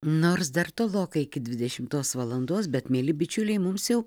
nors dar tolokai iki dvidešimtos valandos bet mieli bičiuliai mums jau